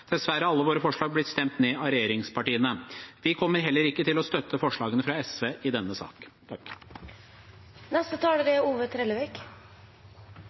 Dessverre har alle våre forslag blitt stemt ned av regjeringspartiene. Vi kommer heller ikke til å støtte forslagene fra SV i denne saken. Det er